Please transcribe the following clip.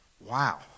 Wow